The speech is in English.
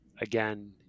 again